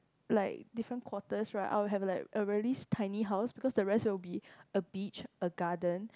like different quarters right I will have a like a really tiny house because the rest will be a beach a garden